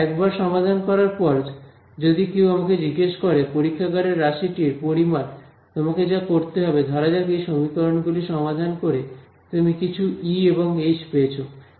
একবার সমাধান করার পর যদি কেউ আমাকে জিজ্ঞেস করে পরীক্ষাগারের রাশিটির পরিমাণ তোমাকে যা করতে হবে ধরা যাক এই সমীকরণ গুলি সমাধান করে তুমি কিছু ই এবং এইচ পেয়েছো